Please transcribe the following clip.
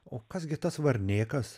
o kas gi tas varnėnas